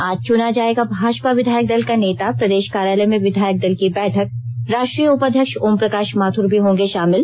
आज चुना जाएगा भाजपा विधायक दल का नेता प्रदेष कार्यालय में विधायक दल की बैठक राष्ट्रीय उपाध्यक्ष ओम प्रकाश माथुर होंगे शामिल